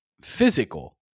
physical